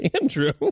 Andrew